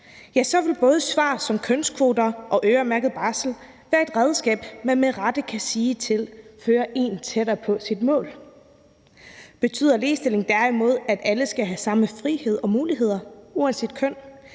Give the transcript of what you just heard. så vil både svar som kønskvoter og øremærket barsel være redskaber, man med rette kan sige fører en tættere på sit mål. Betyder ligestilling derimod, at alle skal have samme frihed og muligheder uanset køn,